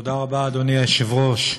תודה רבה, אדוני היושב-ראש.